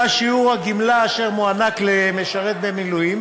שיעור הגמלה אשר מוענק למשרת במילואים,